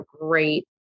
great